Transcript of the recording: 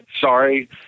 Sorry